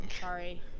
Sorry